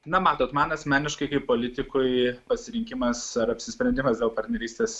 na matote man asmeniškai kaip politikui pasirinkimas ar apsisprendimas dėl partnerystės